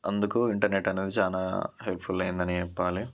అందుకు ఇంటర్నెట్ అనేది చాలా హెల్ప్ఫుల్ అయిందనే చెప్పాలి